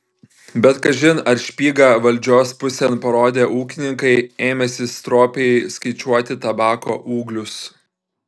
bet kažin ar špygą valdžios pusėn parodę ūkininkai ėmėsi stropiai skaičiuoti tabako ūglius